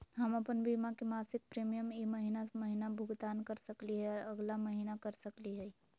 हम अप्पन बीमा के मासिक प्रीमियम ई महीना महिना भुगतान कर सकली हे, अगला महीना कर सकली हई?